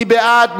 מי בעד?